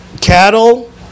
cattle